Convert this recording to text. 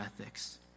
ethics